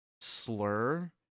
slur